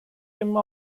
yirmi